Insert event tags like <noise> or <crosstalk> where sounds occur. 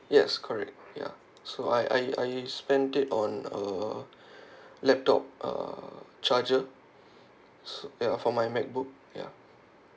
yes correct ya so I I I spend it on uh <breath> laptop uh charger so ya for my macbook ya